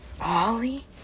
Ollie